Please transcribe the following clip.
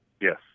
Yes